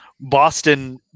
Boston